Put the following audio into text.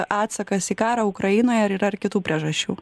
atsakas į karą ukrainoje ar yra ir kitų priežasčių